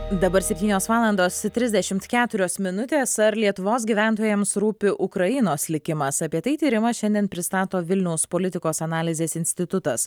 dabar septynios valandos trisdešimt keturios minutės ar lietuvos gyventojams rūpi ukrainos likimas apie tai tyrimą šiandien pristato vilniaus politikos analizės institutas